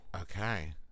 Okay